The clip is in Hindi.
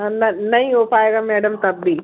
हाँ नहीं हो पाएगा मैडम तब भी